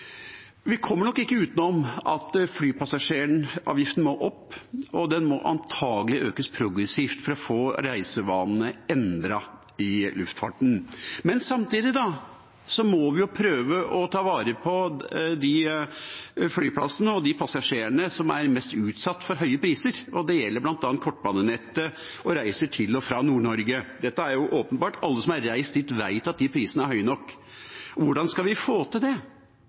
Vi kommer nok ikke utenom at flypassasjeravgiften må opp, og den må antakelig økes progressivt for å få reisevanene endret i luftfarten. Men samtidig må vi prøve å ta vare på de flyplassene og de passasjerene som er mest utsatt for høye priser, det gjelder bl.a. kortbanenettet og reiser til og fra Nord-Norge. Dette er åpenbart. Alle som har reist dit, vet at de prisene er høye nok. Hvordan skal vi få til det?